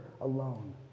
alone